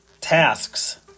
tasks